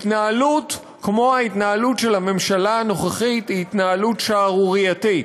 התנהלות כמו ההתנהלות של הממשלה הנוכחית היא התנהלות שערורייתית.